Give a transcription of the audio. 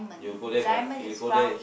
you go there cannot come you go there